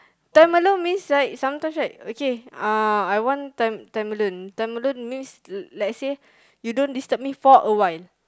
time alone means right sometimes right okay uh I want time time alone time alone means l~ let's say you don't disturb me for a while